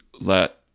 let